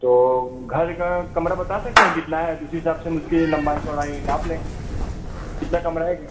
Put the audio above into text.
तो घर का कमरा बता सकते हैं कितना है तो उसी हिसाब से हम उसके लिए लम्बाई चौड़ाई नाप लें कितना कमरा है